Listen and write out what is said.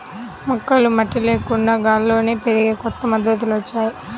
మొక్కలు మట్టి లేకుండా గాల్లోనే పెరిగే కొత్త పద్ధతులొచ్చాయ్